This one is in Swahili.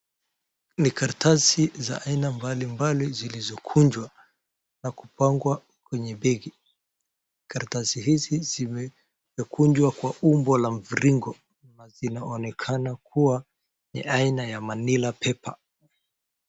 Ni karatasi za aina mbali mbali zilizokunjwa na kupangwa kwenye begi. Karatasi hizi zimekunjwa kwa umbo la mviringo, na zinaonekana kuwa ni aina ya manilla paper .